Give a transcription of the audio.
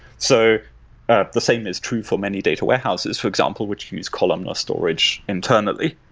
so ah the same is true for many data warehouses, for example, which use columnar storage internally.